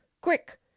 Quick